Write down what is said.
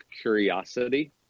curiosity